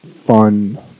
Fun